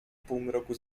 półmroku